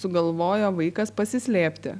sugalvojo vaikas pasislėpti